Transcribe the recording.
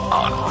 on